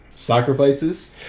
Sacrifices